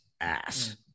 ass